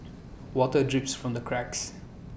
water drips from the cracks